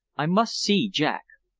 i must see jack.